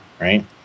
right